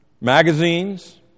Magazines